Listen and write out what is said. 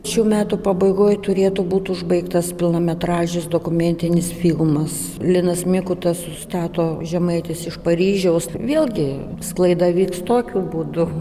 šių metų pabaigoj turėtų būt užbaigtas pilnametražis dokumentinis filmas linas mikuta sustato žemaitis iš paryžiaus vėlgi sklaida vyks tokiu būdu